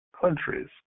countries